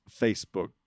Facebook